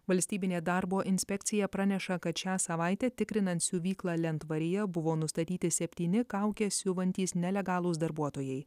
valstybinė darbo inspekcija praneša kad šią savaitę tikrinant siuvyklą lentvaryje buvo nustatyti septyni kaukes siuvantys nelegalūs darbuotojai